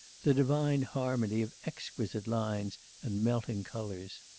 the divine harmony of exquisite lines and melting colours.